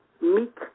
meek